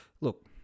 look